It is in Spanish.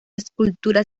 escultura